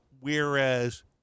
Whereas